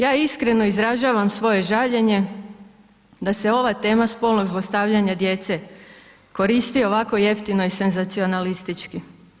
Ja iskreno izražavam svoje žaljenje, da se ova tema spolnog zlostavljanja djece koristi ovako jeftino i senzacionalistički.